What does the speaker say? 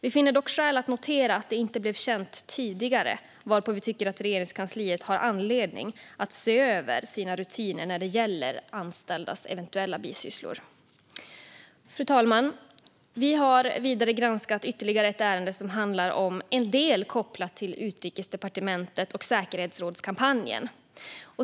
Vi finner dock skäl att notera att det inte blev känt tidigare, varför vi tycker att Regeringskansliet har anledning att se över sina rutiner när det gäller anställdas eventuella bisysslor. Fru talman! Vi har vidare granskat ytterligare ett ärende som handlar om en del kopplat till Utrikesdepartementet och säkerhetsrådskampanjen.